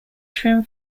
twin